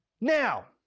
Now